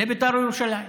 לבית"ר ירושלים.